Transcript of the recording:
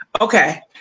okay